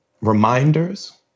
reminders